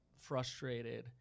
frustrated